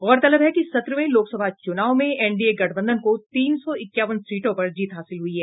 गौरतलब है कि सत्रहवें लोक सभा चुनाव में एनडीए गठबंधन को तीन सौ इक्यावन सीटों पर जीत हासिल हुई है